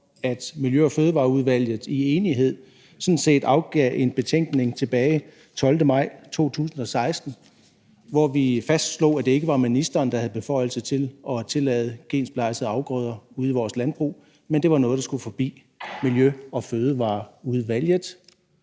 at Miljø- og Fødevareudvalget i enighed sådan set afgav en betænkning tilbage den 12. maj 2016, hvor vi fastslog, at det ikke var ministeren, der havde beføjelse til at tillade gensplejsede afgrøder ude i vores landbrug, men at det var noget, der skulle forbi Miljø- og Fødevareudvalget.